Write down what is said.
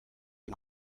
uyu